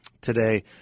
today